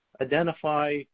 identify